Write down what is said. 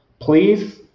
please